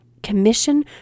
commission